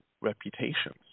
reputations